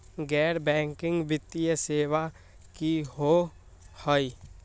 गैर बैकिंग वित्तीय सेवा की होअ हई?